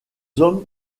hommes